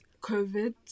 Covid